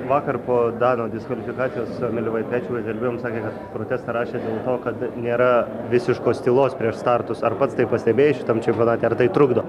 vakar po dano diskvalifikacijos su emiliu vaitkaičiu mes kalbėjom sakė kad protestą rašė dėl to kad nėra visiškos tylos prieš startus ar pats tai pastebėjai šitam čempionate ar tai trukdo